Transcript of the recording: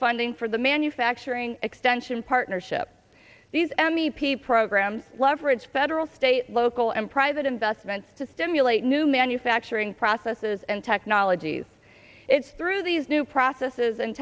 funding for the manufacturing extension partnership these m e p programs leverage federal state local and private investments to stimulate new manufacturing processes and technologies it's through these new processes and